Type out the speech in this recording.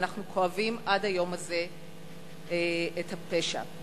ואנחנו כואבים עד היום הזה את הפשע הזה.